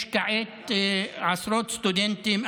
יש כעת עשרות סטודנטים,